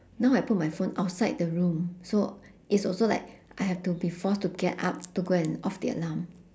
now I put my phone outside the room so it's also like I have to be forced to get up to go and off the alarm